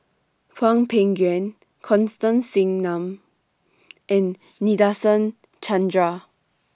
Hwang Peng Yuan Constance Singam and Nadasen Chandra